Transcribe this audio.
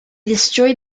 destroy